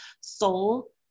soul